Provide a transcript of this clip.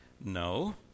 No